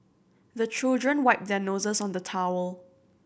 the children wipe their noses on the towel